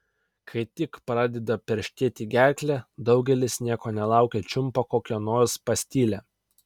kai tik pradeda perštėti gerklę daugelis nieko nelaukę čiumpa kokią nors pastilę